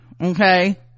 okay